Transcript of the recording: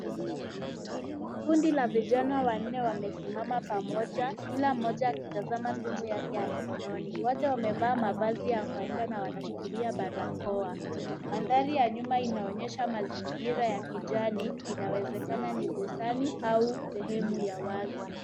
Kundi la vijana wanne wamesimama pamoja, kila mmoja akitizama simu yake ya mkononi .Wote wamevaa mavazi ya kawaida na wanashikilia barakoa. Mandhari ya nyuma inaonyesha mazingira ya kijani, inawezekana ni bustani au sehemu ya wazi.